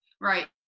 Right